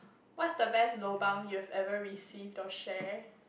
what's the best lobang you've ever received or share